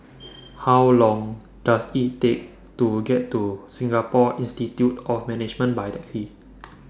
How Long Does IT Take to get to Singapore Institute of Management By Taxi